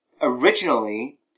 Originally